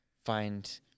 Find